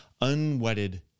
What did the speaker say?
unwedded